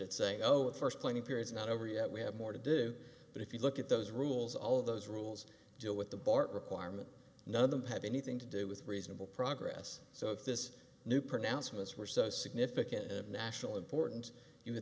go at first planning periods not over yet we have more to do but if you look at those rules all those rules deal with the bart requirement none of them have anything to do with reasonable progress so if this new pronouncements were so significant of national importance you would